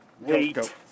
Wait